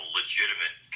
legitimate